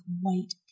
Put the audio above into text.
white